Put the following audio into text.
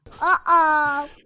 Uh-oh